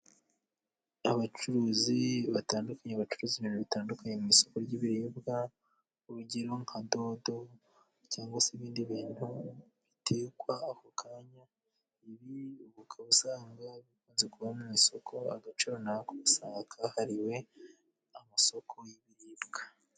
Abacuruzi batandukanye bacuruza ibintu bitandukanye mu isoko ry'ibiribwa, urugero: nka dodo cyangwa se ibindi bintu bitekwa ako kanya. Ibi ukaba usanga bikunze kuba mu isoko, agace runaka usanga karahariwe amasoko y'ibiribwa.